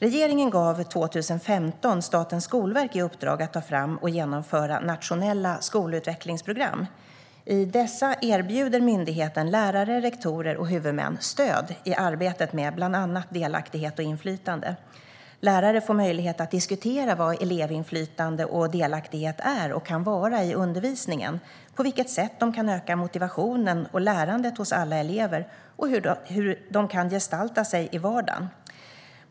Regeringen gav 2015 Statens skolverk i uppdrag att ta fram och genomföra nationella skolutvecklingsprogram. I dessa erbjuder myndigheten lärare, rektorer och huvudmän stöd i arbetet med bland annat delaktighet och inflytande. Lärare får möjlighet att diskutera vad elevinflytande och delaktighet är och kan vara i undervisningen, på vilket sätt de kan öka motivationen och lärandet hos alla elever och hur de kan gestalta sig i vardagen.